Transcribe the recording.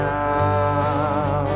now